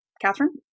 Catherine